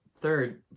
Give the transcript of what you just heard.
third